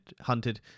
Hunted